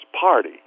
Party